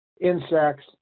insects